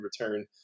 return